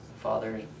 Father